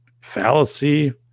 fallacy